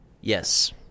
Yes